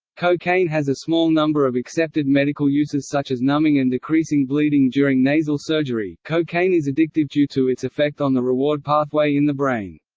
cocaine has a small number of accepted medical uses such as numbing and decreasing bleeding during nasal surgery cocaine is addictive due to its effect on the reward pathway in the brain.